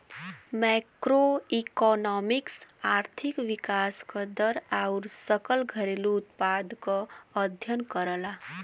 macroeconomics आर्थिक विकास क दर आउर सकल घरेलू उत्पाद क अध्ययन करला